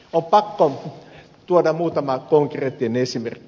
on pakko tuoda muutama konkreettinen esimerkki